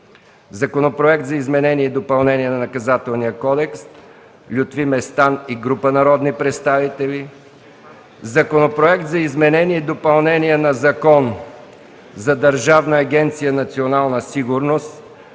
Законопроект за изменение и допълнение на Наказателния кодекс – Лютви Местан и група народни представители. - Законопроект за изменение и допълнение на Закон за Държавна агенция „Национална сигурност”,